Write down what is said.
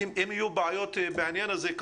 אם יהיו בעיות בעניין הזה,